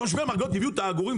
תושבי מרגליות הביאו את העגורים,